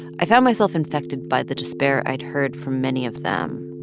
i found myself infected by the despair i'd heard from many of them.